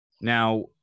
Now